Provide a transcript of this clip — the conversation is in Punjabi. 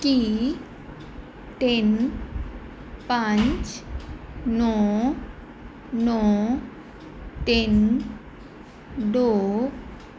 ਕੀ ਤਿੰਨ ਪੰਜ ਨੌਂ ਨੌਂ ਤਿੰਨ ਦੋ